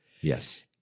Yes